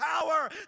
power